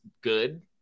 good